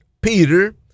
Peter